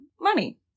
money